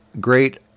Great